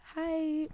Hi